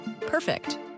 Perfect